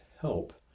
help